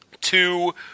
Two